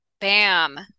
Bam